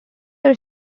are